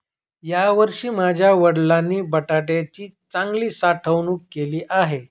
यावर्षी माझ्या वडिलांनी बटाट्याची चांगली साठवणूक केली आहे